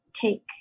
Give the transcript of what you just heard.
take